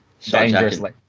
Dangerously